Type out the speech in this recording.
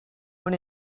own